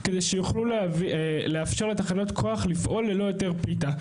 כדי שיוכלו לאפשר לתחנות כוח לפעול ללא היתר פליטה.